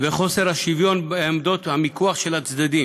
וחוסר השוויון בעמדות המיקוח של הצדדים.